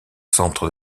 centre